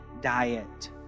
diet